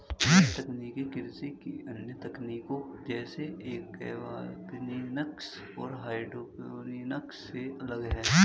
यह तकनीक कृषि की अन्य तकनीकों जैसे एक्वापॉनिक्स और हाइड्रोपोनिक्स से अलग है